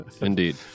Indeed